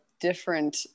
different